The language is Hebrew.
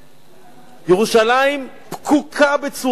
ירושלים פקוקה בצורה אכזרית.